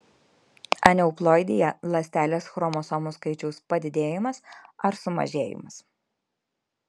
aneuploidija ląstelės chromosomų skaičiaus padidėjimas ar sumažėjimas